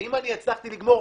ואם אני הצלחתי לגמור